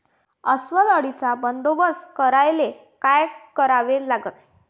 अस्वल अळीचा बंदोबस्त करायले काय करावे लागन?